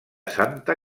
santa